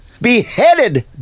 beheaded